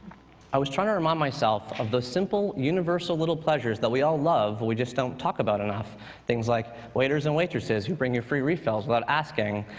i was trying to remind myself of the simple, universal, little pleasures that we all love, but we just don't talk about enough things like waiters and waitresses who bring you free refills without asking,